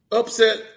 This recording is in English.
upset